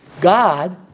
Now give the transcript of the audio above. God